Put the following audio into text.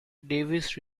davies